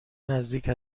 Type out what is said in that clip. نزدیک